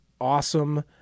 awesome